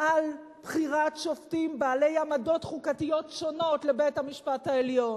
על בחירת שופטים בעלי עמדות חוקתיות שונות לבית-המשפט העליון,